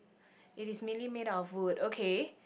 it is mainly made out of wood okay